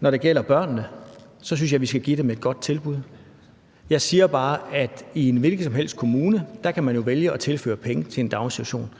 Når det gælder børnene, synes jeg, vi skal give dem et godt tilbud. Jeg siger bare, at i en hvilken som helst kommune kan man jo vælge at tilføre penge til en daginstitution.